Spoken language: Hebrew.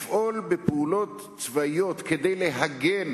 לפעול בפעולות צבאיות כדי להגן